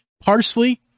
Parsley